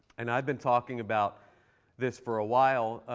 and i've been talking about this for awhile,